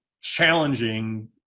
challenging